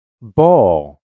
Ball